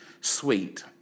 sweet